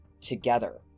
together